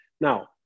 now